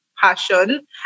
passion